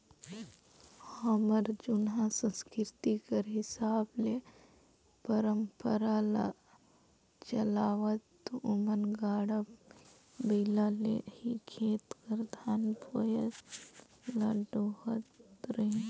हमर जुनहा संसकिरती कर हिसाब ले परंपरा ल चलावत ओमन गाड़ा बइला ले ही खेत कर धान बोझा ल डोहत रहिन